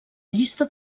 llista